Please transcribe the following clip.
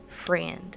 friend